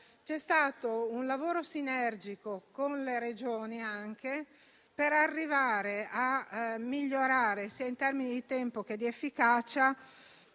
c'è stata una sinergia con le Regioni per arrivare a migliorare, sia in termini di tempo che di efficacia,